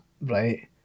right